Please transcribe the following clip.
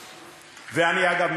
אגב,